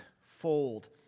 fold